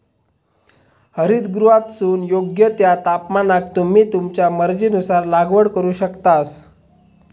हरितगृहातसून योग्य त्या तापमानाक तुम्ही तुमच्या मर्जीनुसार लागवड करू शकतास